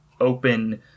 open